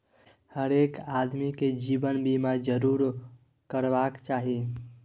हरेक आदमीकेँ जीवन बीमा जरूर करेबाक चाही